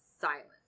Silence